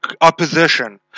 opposition